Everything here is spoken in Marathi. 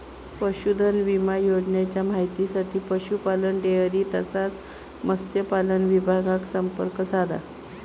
पशुधन विमा योजनेच्या माहितीसाठी पशुपालन, डेअरी तसाच मत्स्यपालन विभागाक संपर्क साधा